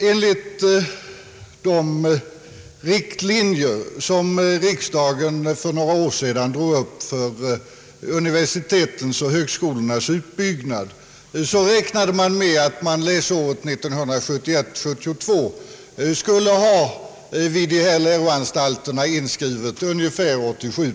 Enligt de riktlinjer som riksdagen för några år sedan drog upp för universitetens och högskolornas utbyggnad räknade man med att ungefär 87 000 studenter skulle vara inskrivna vid dessa läroanstalter läsåret 1971/72.